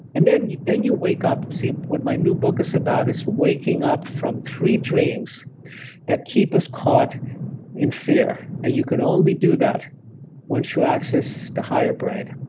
and then you then you wake up. see, what my new book is about is waking up from three dreams that keep us caught in fear. now you can only do that once you access the higher brain.